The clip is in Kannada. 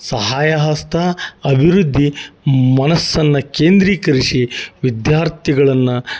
ಸಹಾಯ ಹಸ್ತ ಅಭಿವೃದ್ಧಿ ಮನಸ್ಸನ್ನು ಕೇಂದ್ರೀಕರಿಸಿ ವಿದ್ಯಾರ್ಥಿಗಳನ್ನು